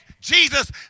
Jesus